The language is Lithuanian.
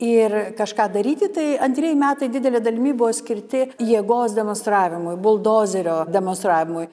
ir kažką daryti tai antrieji metai didele dalimi buvo skirti jėgos demonstravimui buldozerio demonstravimui